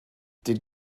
did